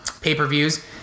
pay-per-views